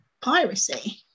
piracy